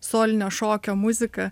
solinio šokio muziką